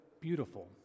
beautiful